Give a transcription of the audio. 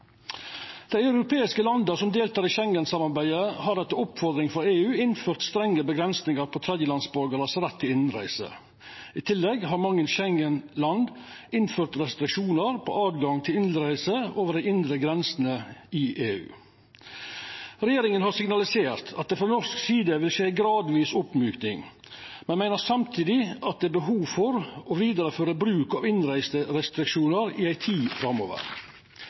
Dei europeiske landa som deltek i Schengen-samarbeidet, har etter oppmoding frå EU innført strenge avgrensingar i tredjelandsborgarars rett til innreise. I tillegg har mange Schengen-land innført restriksjonar på tilgangen til innreise over dei indre grensene i EU. Regjeringa har signalisert at det frå norsk side vil skje ei gradvis oppmjuking, men meiner samtidig at det er behov for å vidareføra bruk av innreiserestriksjonar i ei tid framover.